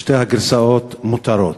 שתי הגרסאות מותרות.